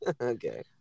Okay